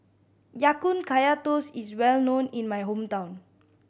Ya Kun Kaya Toast is well known in my hometown